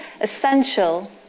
Essential